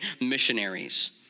missionaries